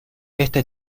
este